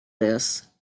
this